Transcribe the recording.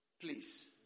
Please